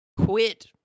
quit